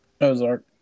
Ozark